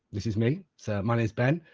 this is me. so my name is ben.